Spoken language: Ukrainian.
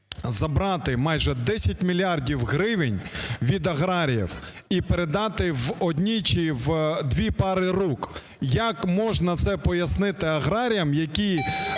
забрати майже 10 мільярдів гривень від аграріїв і передати в одні чи дві пари руки? Як можна це пояснити аграріям, які